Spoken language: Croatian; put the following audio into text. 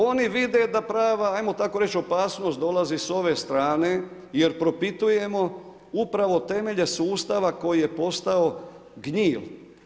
Oni vide da prava, ajmo tako reći opasnost dolazi s ove strane jer propitujemo upravo temelje sustava koji je postao gnjil.